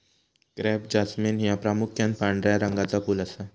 crape jasmine ह्या प्रामुख्यान पांढऱ्या रंगाचा फुल असा